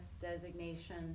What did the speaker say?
designation